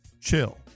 Chill